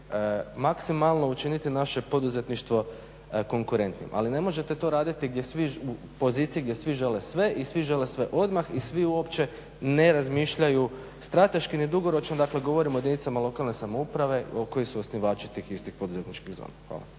maksimalno učiniti naše poduzetništvo konkurentnim. Ali ne možete to raditi u poziciji gdje svi žele sve i svi žele sve odmah i svi uopće ne razmišljaju strateški ni dugoročno, dakle govorim o jedinicama lokalne samouprave koji su osnivači tih istih poduzetničkih zona.